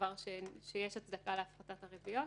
סבר שיש הצדקה להפחתת הריביות.